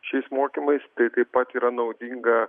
šiais mokymais tai taip pat yra naudinga